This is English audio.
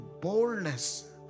boldness